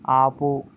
ఆపు